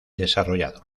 desarrollado